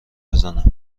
بزنم